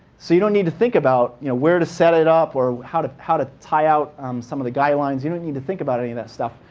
so you don't need to think about you know where to set it up or how to how to tie out some of the guidelines. you don't need to think about any of that stuff.